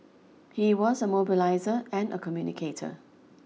he was a mobiliser and a communicator